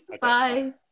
Bye